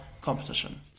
competition